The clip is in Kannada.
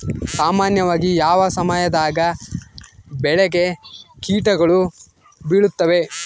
ಸಾಮಾನ್ಯವಾಗಿ ಯಾವ ಸಮಯದಾಗ ಬೆಳೆಗೆ ಕೇಟಗಳು ಬೇಳುತ್ತವೆ?